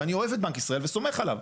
ואני אוהב את בנק ישראל וסומך עליו.